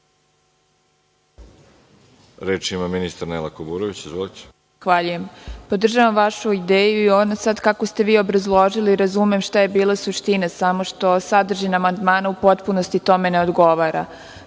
Reč ima ministar Nela Kuburović. Izvolite. **Nela Kuburović** Zahvaljujem. Podržavam vašu ideju i ono sada kako ste obrazložili, razumem šta je bila suština, samo šta sadržina amandmana u potpunosti tome ne odgovara.